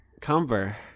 Cumber